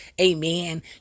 amen